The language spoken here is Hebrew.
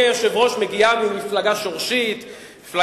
הוא עדיין ממלא תפקיד פיקטיבי כלשהו במפלגה פיקטיבית ששמה קדימה.